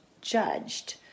judged